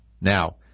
Now